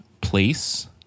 place